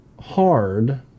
hard